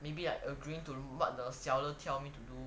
maybe I agree to what the seller tell me to do